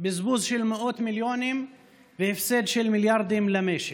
בזבוז של מאות מיליונים והפסד של מיליארדים למשק.